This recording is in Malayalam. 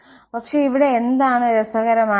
പക്ഷേ ഇവിടെ എന്താണ് രസകരമായത്